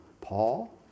Paul